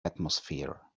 atmosphere